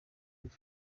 uko